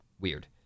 weird